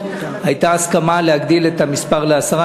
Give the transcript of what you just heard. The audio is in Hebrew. עפר שלח,